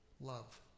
Love